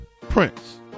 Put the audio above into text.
Prince